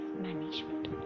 management